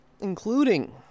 Including